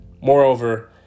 Moreover